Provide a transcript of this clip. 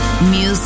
Music